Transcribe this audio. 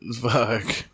Fuck